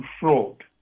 fraud